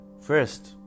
First